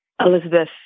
Elizabeth